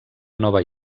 nova